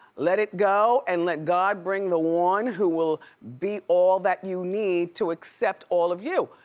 let it go and let god bring the one who will be all that you need to accept all of you.